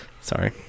Sorry